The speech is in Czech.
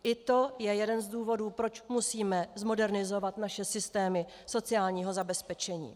I to je jeden z důvodů, proč musíme zmodernizovat naše systémy sociálního zabezpečení.